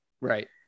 right